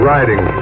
Riding